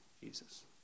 Jesus